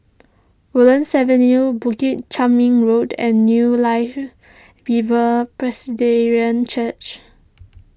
Woodlands Avenue Bukit Chermin Road and New Life Bible Presbyterian Church